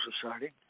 Society